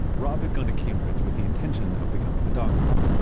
rob had gone to cambridge with the intention of becoming a doctor.